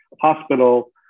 hospital